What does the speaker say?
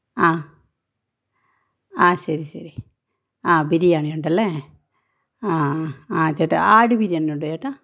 ആ ആ ശരി ശരി ആ ബിരിയാണി ഉണ്ടല്ലേ ആ ചേട്ടാ ആട് ബിരിയാണി ഉണ്ടോ ചേട്ടാ